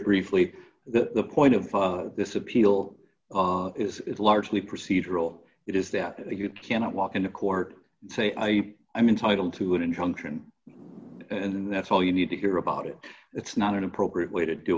briefly that the point of this appeal is largely procedural it is that you cannot walk into court and say i i'm entitle to an injunction and that's all you need to hear about it it's not an appropriate way to do